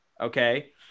okay